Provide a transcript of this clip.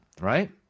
Right